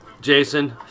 Jason